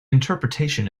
interpretation